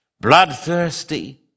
bloodthirsty